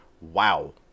Wow